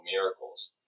miracles